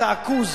את העכוז.